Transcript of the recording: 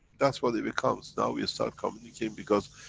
that's what it becomes now we start communicating because,